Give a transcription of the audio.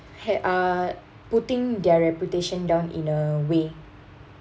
ha~ uh putting their reputation down in a way